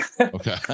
okay